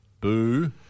Boo